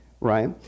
right